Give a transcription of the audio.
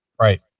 Right